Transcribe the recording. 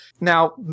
Now